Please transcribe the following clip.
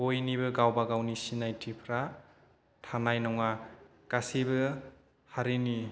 बयनिबो गावबा गावनि सिनायथिफ्रा थानाय नङा गासैबो हारिनि